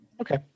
Okay